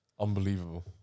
Unbelievable